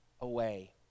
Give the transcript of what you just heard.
away